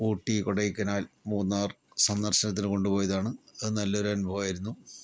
ഊട്ടി കൊടയ്കനാൽ മൂന്നാർ സന്ദർശനത്തിന് കൊണ്ട് പോയതാണ് അത് നല്ലൊരനുഭവായിരുന്നു